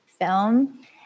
film